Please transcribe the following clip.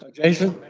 ah jason?